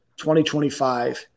2025